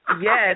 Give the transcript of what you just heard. yes